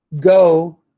go